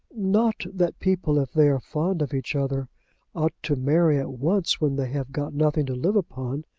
not that people if they are fond of each other ought to marry at once when they have got nothing to live upon,